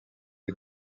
aux